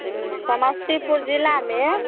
हूँ समस्तीपुर जिलामे